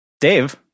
Dave